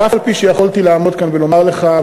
ואף-על-פי שיכולתי לעמוד כאן ולומר לך,